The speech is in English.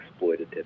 exploitative